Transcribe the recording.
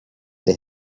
they